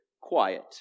quiet